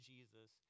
Jesus